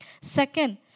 second